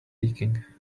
leaking